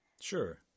Sure